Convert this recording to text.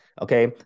okay